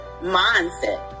mindset